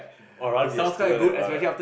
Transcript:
I would rather be a student eh brother